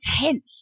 tense